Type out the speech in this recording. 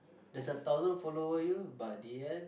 there's a thousand follower you but the end